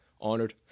honored